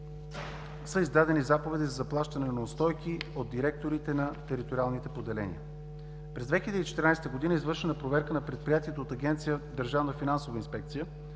са издадени заповеди за заплащане на неустойки от директорите на териториалните поделения. През 2014 г. е извършена проверка на предприятието от Агенция „Държавна финансова инспекция“